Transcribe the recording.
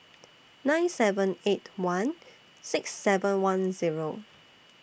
nine seven eight one six seven one Zero